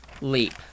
Leap